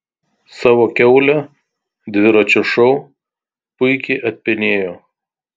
savo kiaulę dviračio šou puikiai atpenėjo